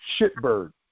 shitbird